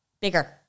Bigger